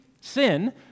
sin